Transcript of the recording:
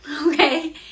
okay